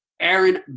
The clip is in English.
Aaron